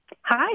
Hi